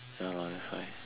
ya lah that's why